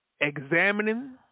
examining